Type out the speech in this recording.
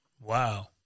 Wow